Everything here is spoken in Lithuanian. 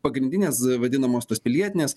pagrindinės vadinamos tos pilietinės